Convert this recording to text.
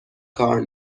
کار